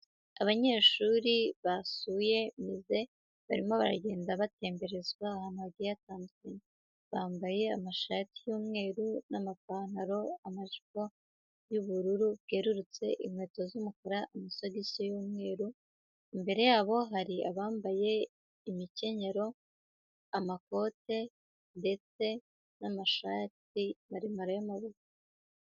Abanyeshuri basuye mize, barimo baragenda batemberezwa ahantu hagiye hadukanye. Bambaye amashati y'umweru n'amapantaro, amajipo y'ubururu bwerurutse, inkweto z'umukara, amasogisi y'umweru, imbere yabo hari abambaye imikenyero, amakote, ndetse n'amashati maremare y'amaboko.